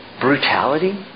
brutality